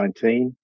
2019